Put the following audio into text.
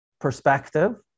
perspective